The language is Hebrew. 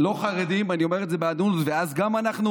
לא חרדים, אני אומר את זה בעדינות, ואז גם אנחנו,